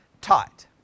taught